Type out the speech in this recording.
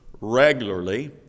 regularly